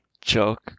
joke